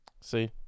See